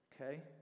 Okay